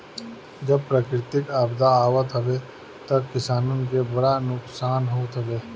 जब प्राकृतिक आपदा आवत हवे तअ किसानन के बड़ा नुकसान होत हवे